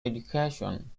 education